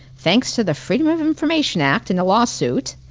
thanks to the freedom of information act and a law suit,